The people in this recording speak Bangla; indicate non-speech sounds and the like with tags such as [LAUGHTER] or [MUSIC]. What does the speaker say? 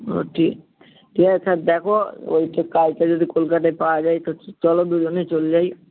ও ঠিক ঠিক আছে [UNINTELLIGIBLE] দেখো ওই [UNINTELLIGIBLE] কাজটা যদি কলকাতায় পাওয়া যায় তো [UNINTELLIGIBLE] চলো দুজনে চল যাই